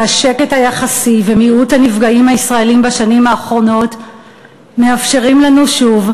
שהשקט היחסי ומיעוט הנפגעים הישראלים בשנים האחרונות מאפשרים לנו שוב